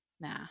Nah